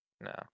No